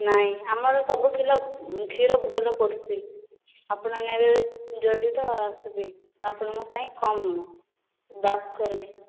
ନାହିଁ ଆମର ସବୁ କ୍ଷୀର କ୍ଷୀର ଭଲ ପଡ଼ୁଛି ଆପଣ ନେବେ ଯଦି ତ ଆସିବେ ଆପଣଙ୍କ ପାଇଁ କମ ଦାମ୍ କରିବି